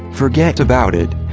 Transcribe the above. forget about it!